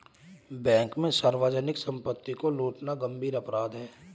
bank में सार्वजनिक सम्पत्ति को लूटना गम्भीर अपराध है